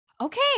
Okay